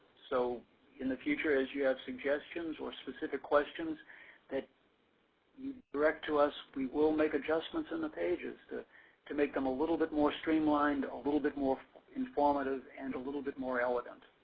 so in the future, as you have suggestions or specific questions that you direct to us, we will make adjustments in the pages to to make them a little bit streamlined, a little bit more informative and a little bit more elegant.